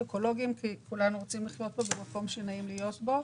אקולוגיים כי כולנו רוצים לחיות במקום שנעים להיות בו.